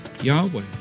Yahweh